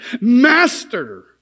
Master